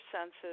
senses